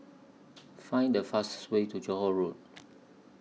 Find The fastest Way to Johore Road